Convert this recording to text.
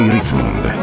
Ritzmond